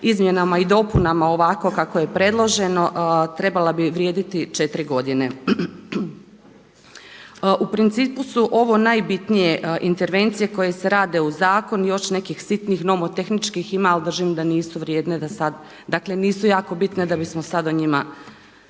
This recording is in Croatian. izmjenama i dopunama ovako kako je predloženo trebala bi vrijediti 4 godine. U principu su ovo najbitnije intervencije koje se rade u zakonu i još nekih sitnih nomotehničkih ima ali držim da nisu vrijedne da sad. Dakle nisu jako bitne da bismo sada o njima